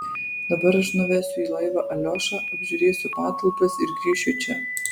dabar aš nuvesiu į laivą aliošą apžiūrėsiu patalpas ir grįšiu čia